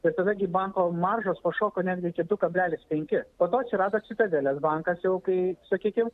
ir tada gi banko maržos pašoko netgi iki du kablelis penki po to atsirado citadelės bankas jau kai sakykim